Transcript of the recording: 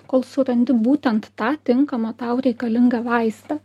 kol surandi būtent tą tinkamą tau reikalingą vaistą